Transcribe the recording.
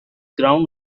ground